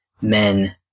men